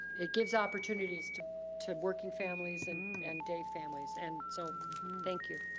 it gives opportunities to to working families and and day families. and so thank you.